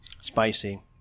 Spicy